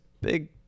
big